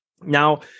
Now